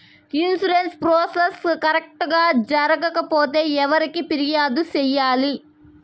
insurance process correct గా జరగకపోతే ఎవరికి ఫిర్యాదు సేయాలి